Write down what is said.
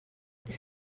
this